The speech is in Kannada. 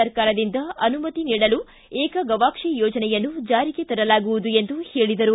ಸರ್ಕಾರದಿಂದ ಅನುಮತಿ ನೀಡಲು ಏಕಗವಾಕ್ಷಿ ಯೋಜನೆಯನ್ನು ಜಾರಿಗೆ ತರಲಾಗುವುದು ಎಂದು ಹೇಳಿದರು